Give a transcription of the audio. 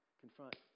confront